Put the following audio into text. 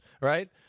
Right